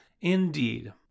Indeed